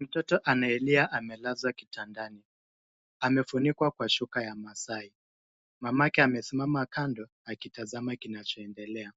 Mtoto anayelia amelazwa kitandani, amefunikwa kwa shuka ya masai. Mamake amesimama kando akitazama kinachoendelea.